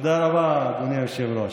תודה רבה, אדוני היושב-ראש.